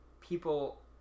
people